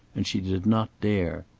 and she did not dare.